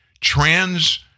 trans